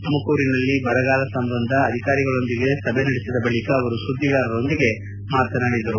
ತುಮಕೂರಿನಲ್ಲಿ ಬರಗಾಲ ಸಂಬಂಧ ಅಧಿಕಾರಿಗಳೊಂದಿಗೆ ಸಭೆ ನಡೆಸಿದ ಬಳಕ ಅವರು ಸುದ್ದಿಗಾರರೊಂದಿಗೆ ಮಾತನಾಡಿದರು